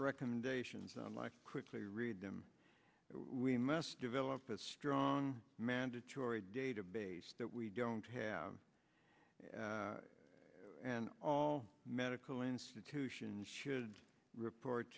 recommendations on life quickly read them we must develop a strong mandatory database that we don't have and all medical institutions should report